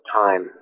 time